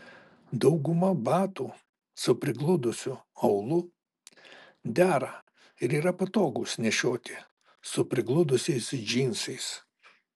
dauguma batų su prigludusiu aulu dera ir yra patogūs nešioti su prigludusiais džinsais